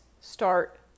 start